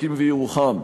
אופקים וירוחם.